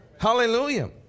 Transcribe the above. hallelujah